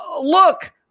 look